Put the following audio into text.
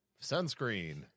Sunscreen